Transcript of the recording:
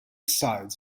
sides